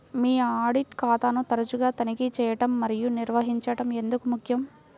మీ audit ఖాతాను తరచుగా తనిఖీ చేయడం మరియు నిర్వహించడం ఎందుకు ముఖ్యం?